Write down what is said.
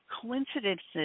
coincidences